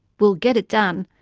we'll get it done,